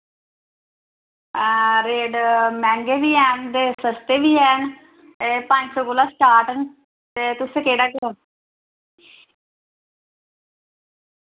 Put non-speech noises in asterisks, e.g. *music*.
rate मैहंगे बी हैन ते सस्ते बी हैन ए पंज सौ कोला स्टार्ट न ते तुस केह्ड़ा *unintelligible*